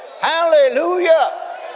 Hallelujah